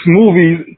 movies